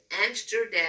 amsterdam